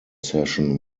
session